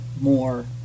more